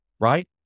Right